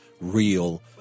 real